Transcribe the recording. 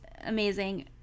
amazing